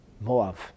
Moab